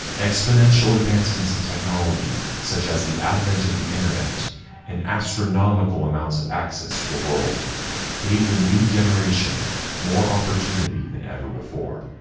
exponential advancements in technology such as the advent of the internet and astronomical amounts of access to the world gave the new generation more opportunity than ever before.